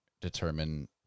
determine